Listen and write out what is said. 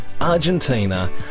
Argentina